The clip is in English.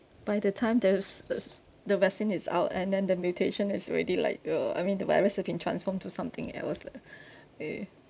by the time there's uh s~ the vaccine is out and then the mutation is already uh I mean the virus it can transform to something else yeah